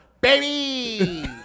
baby